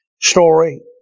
story